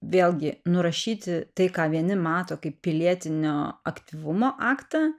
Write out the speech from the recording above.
vėlgi nurašyti tai ką vieni mato kaip pilietinio aktyvumo aktą